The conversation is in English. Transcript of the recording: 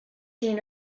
seen